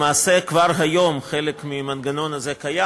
למעשה כבר היום חלק מהמנגנון הזה קיים,